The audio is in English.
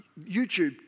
YouTube